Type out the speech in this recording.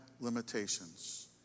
limitations